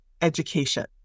education